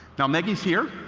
now, maggie's here.